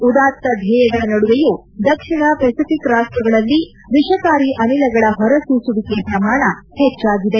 ಉದಾತ್ತ ಧ್ವೇಯಗಳ ನಡುವೆಯೂ ದಕ್ಷಿಣ ಪೆಸಿಫಿಕ್ ರಾಷ್ಟಗಳಲ್ಲಿ ವಿಷಕಾರಿ ಅನಿಲಗಳ ಹೊರಸೂಸುವಿಕೆ ಪ್ರಮಾಣ ಹೆಜ್ಜಾಗಿದೆ